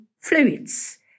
fluids